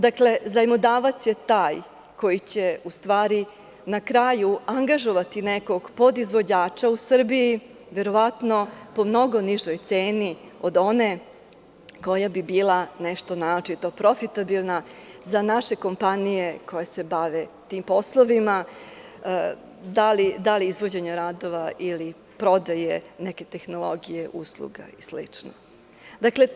Dakle, zajmodavac je taj koji će na kraju angažovati nekog podizvođača u Srbiji, verovatno, po mnogo nižoj ceni od one koja bi bila nešto naročito profitabilna za naše kompanije koje se bave tim poslovima, da li izvođenja radova, prodaje neke tehnologije, usluga i slično.